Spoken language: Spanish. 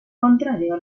contrario